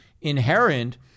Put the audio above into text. inherent